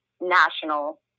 national